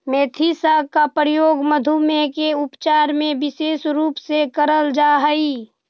मेथी साग का प्रयोग मधुमेह के उपचार में विशेष रूप से करल जा हई